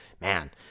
man